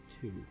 two